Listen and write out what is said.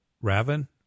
Raven